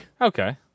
Okay